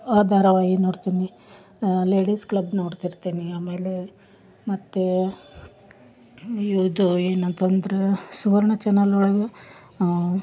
ಆ ಧಾರವಾಹಿ ನೋಡ್ತೀನಿ ಲೇಡೀಸ್ ಕ್ಲಬ್ ನೋಡ್ತಿರ್ತೀನಿ ಆಮೇಲೆ ಮತ್ತು ಇದು ಏನಂತಂದ್ರೆ ಸುವರ್ಣ ಚಾನೆಲ್ ಒಳಗೆ